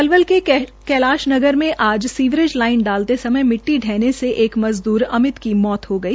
पलवल के कैलाश नगर में आज सीवरेज लाइन डालते समय मिट्टी हने से एक मजदूर अमित की मौके पर मौत हो गई